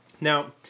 Now